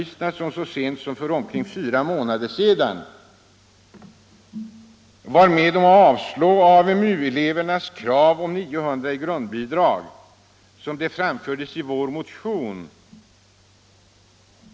Så sent som för omkring fyra månader sedan var folkpartisterna med om att avslå AMU-elevernas krav om 900 kr. i grundbidrag såsom det framfördes i vår motion.